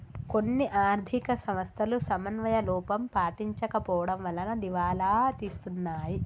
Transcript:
కొన్ని ఆర్ధిక సంస్థలు సమన్వయ లోపం పాటించకపోవడం వలన దివాలా తీస్తున్నాయి